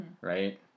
right